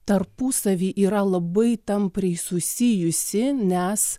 tarpusavyje yra labai tampriai susijusi nes